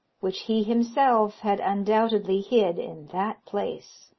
which he himself had undoubtedly hid in that place.